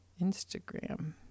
instagram